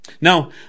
Now